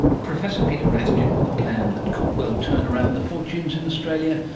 professor peter rathjen with a plan that could well turn around the fortunes in australia,